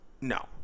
No